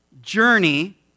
journey